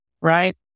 right